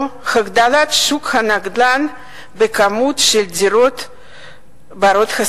או להגדלת שוק הנדל"ן בכמות של דירות בנות-השגה,